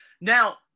Now